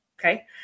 Okay